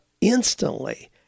instantly